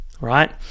right